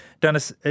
Dennis